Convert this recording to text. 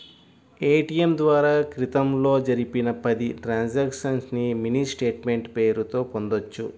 ATM ద్వారా క్రితంలో జరిపిన పది ట్రాన్సక్షన్స్ ని మినీ స్టేట్ మెంట్ పేరుతో పొందొచ్చు